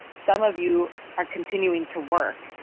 some of you are continuing to work.